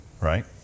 right